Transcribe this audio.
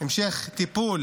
המשך טיפול